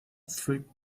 three